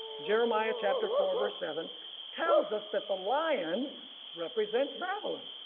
jeremiah chapter four verse seven tells us that the lion represents babylon.